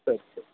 ಸರಿ ಸರಿ